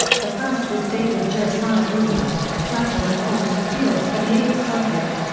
the first was david josiah brewer, a judge on the court of appeals for the eighth circuit.